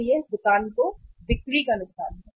तो यह दुकान को बिक्री का नुकसान है